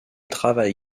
travail